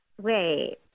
Wait